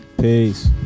Peace